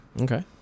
Okay